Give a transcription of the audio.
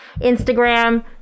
instagram